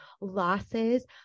losses